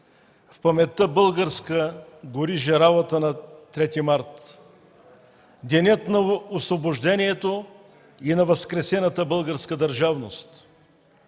в паметта българска гори жаравата на 3 март – Денят на Освобождението и на възкресената българска държавност.